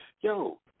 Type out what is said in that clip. Yo